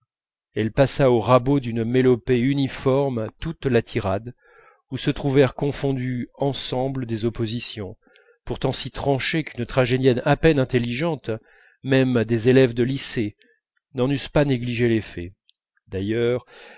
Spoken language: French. elle passa au rabot d'une mélopée uniforme toute la tirade où se trouvèrent confondues ensemble des oppositions pourtant si tranchées qu'une tragédienne à peine intelligente même des élèves de lycée n'en eussent pas négligé l'effet d'ailleurs